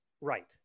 Right